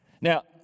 Now